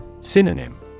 Synonym